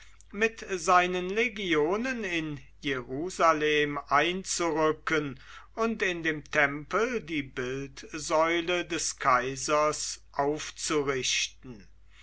mit seinen legionen in jerusalem einzurücken und in dem tempel die bildsäule des kaisers aufzurichten